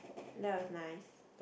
that was nice